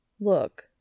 Look